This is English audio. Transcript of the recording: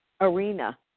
arena